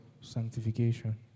sanctification